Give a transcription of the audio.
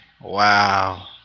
Wow